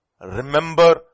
Remember